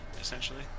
essentially